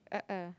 a'ah